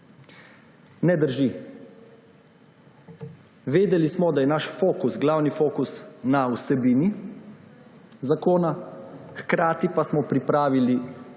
Ne drži. Vedeli smo, da je naš glavni fokus na vsebini zakona, hkrati pa smo pripravili